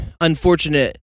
unfortunate